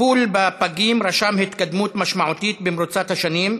בטיפול בפגים נרשמה התקדמות משמעותית במרוצת השנים,